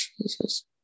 Jesus